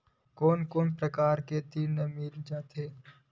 कोन कोन प्रकार के ऋण मिल जाथे?